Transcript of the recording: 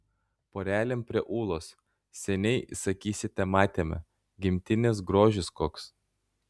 porelėm prie ūlos seniai sakysite matėme gimtinės grožis koks